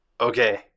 Okay